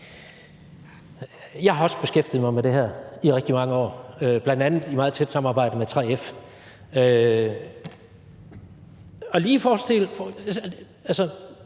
Jeg har også beskæftiget mig med det her i rigtig mange år, bl.a. i meget tæt samarbejde med 3F. Det er sjovt